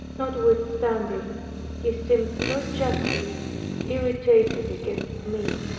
notwithstanding he seemed so justly irritated against me.